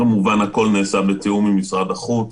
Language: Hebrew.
כמובן, הכול נעשה בתיאום עם משרד החוץ.